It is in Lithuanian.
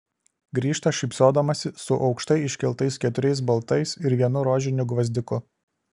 grįžta šypsodamasi su aukštai iškeltais keturiais baltais ir vienu rožiniu gvazdiku